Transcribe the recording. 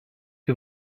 que